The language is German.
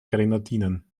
grenadinen